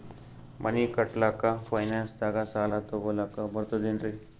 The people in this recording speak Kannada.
ಮನಿ ಕಟ್ಲಕ್ಕ ಫೈನಾನ್ಸ್ ದಾಗ ಸಾಲ ತೊಗೊಲಕ ಬರ್ತದೇನ್ರಿ?